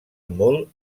molt